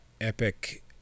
epic